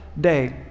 day